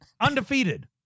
Undefeated